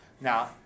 Now